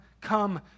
come